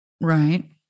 Right